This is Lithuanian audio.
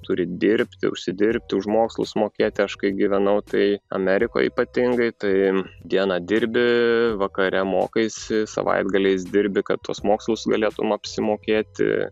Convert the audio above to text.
turi dirbti užsidirbti už mokslus mokėti aš kai gyvenau tai amerikoj ypatingai tai dieną dirbi vakare mokaisi savaitgaliais dirbi kad tuos mokslus galėtum apsimokėti